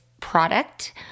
product